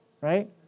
right